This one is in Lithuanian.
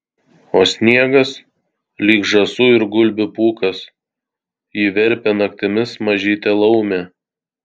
o sniegas lyg žąsų ir gulbių pūkas jį verpia naktimis mažytė laumė